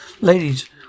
ladies